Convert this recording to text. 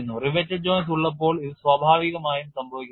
Riveted joints ഉള്ളപ്പോൾ ഇത് സ്വാഭാവികമായും സംഭവിക്കുന്നു